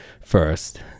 first